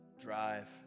drive